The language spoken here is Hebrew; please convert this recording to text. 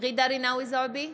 ג'ידא רינאוי זועבי,